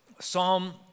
Psalm